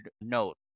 note